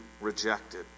rejected